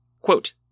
Quote